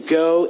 go